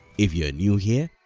if you're new here,